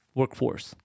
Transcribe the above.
workforce